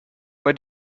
why